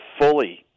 fully